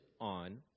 on